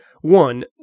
One